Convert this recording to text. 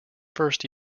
first